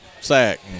sack